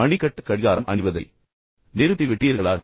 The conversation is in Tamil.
மணிக்கட்டு கடிகாரம் அணிவதை நிறுத்திவிட்டீர்களா